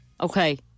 Okay